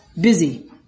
busy